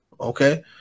Okay